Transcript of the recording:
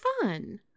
fun